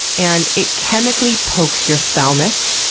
and it chemically pokes your thalamus,